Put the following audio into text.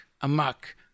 amok